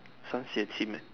this one sibeh chim eh